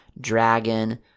Dragon